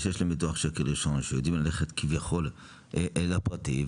שיש להם ביטוח מהשקל הראשון שיודעים ללכת כביכול אל הפרטי,